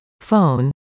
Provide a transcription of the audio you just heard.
Phone